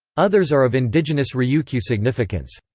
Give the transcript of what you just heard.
others are of indigenous ryukyu significance.